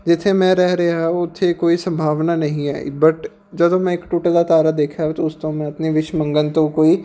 ਜਿੱਥੇ ਮੈਂ ਰਹਿ ਰਿਹਾ ਉੱਥੇ ਕੋਈ ਸੰਭਾਵਨਾ ਨਹੀਂ ਹੈ ਬਟ ਜਦੋਂ ਮੈਂ ਇੱਕ ਟੁੱਟਦਾ ਤਾਰਾ ਦੇਖਿਆ ਉਸ ਤੋਂ ਮੈਂ ਆਪਣੇ ਵਿਸ਼ ਮੰਗਣ ਤੋਂ ਕੋਈ